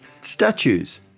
statues